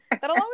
that'll